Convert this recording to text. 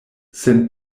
sen